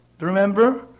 remember